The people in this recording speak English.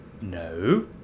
No